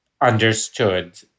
understood